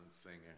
singer